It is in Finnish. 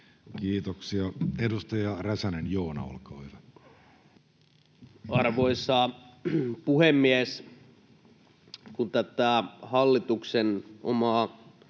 Kiitoksia. — Edustaja Räsänen, Joona, olkaa hyvä. Arvoisa puhemies! Kun tätä hallituksen omaa